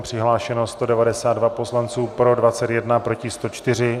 Přihlášeno 192 poslanců, pro 21, proti 104.